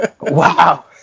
Wow